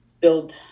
build